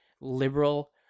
liberal